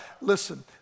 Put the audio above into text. listen